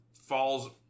falls